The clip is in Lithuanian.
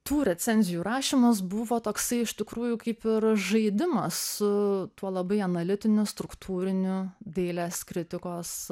tų recenzijų rašymas buvo toksai iš tikrųjų kaip ir žaidimas su tuo labai analitiniu struktūriniu dailės kritikos